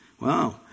Wow